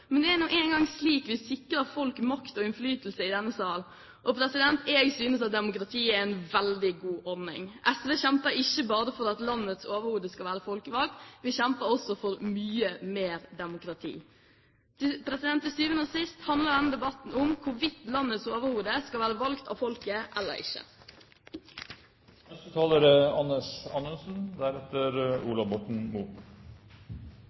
men det er nå engang slik vi sikrer folk makt og innflytelse i denne verden. Jeg synes at demokrati er en veldig god ordning. SV kjemper ikke bare for at landets overhode skal være folkevalgt, vi kjemper også for mye mer demokrati. Til syvende og sist handler denne debatten om hvorvidt landets overhode skal være valgt av folket eller ikke. Med referanse til forrige taler tror jeg det er